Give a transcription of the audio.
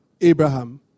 Abraham